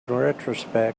retrospect